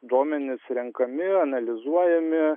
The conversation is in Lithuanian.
duomenys renkami analizuojami